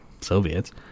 Soviets